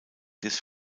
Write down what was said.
des